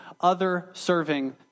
other-serving